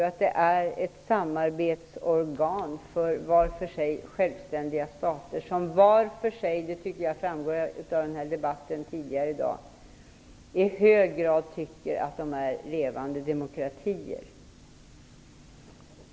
Det är alltså ett samarbetsorgan för var för sig självständiga stater som var för sig - det tycker jag framgick i debatten tidigare i dag - i hög grad tycker att de är levande demokratier.